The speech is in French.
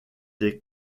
des